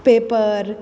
paper